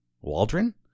Waldron